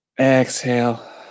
Exhale